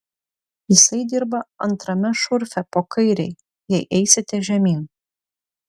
jisai dirba antrame šurfe po kairei jei eisite žemyn